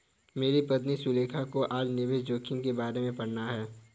मेरी पत्नी सुलेखा को आज निवेश जोखिम के बारे में पढ़ना है